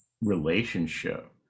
relationship